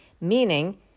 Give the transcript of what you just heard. Meaning